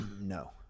No